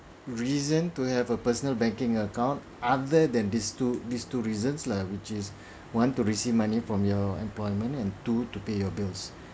reason to have a personal banking account other than these two these two reasons lah which is one to receive money from your employment and two to pay your bills